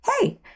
Hey